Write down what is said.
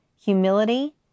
humility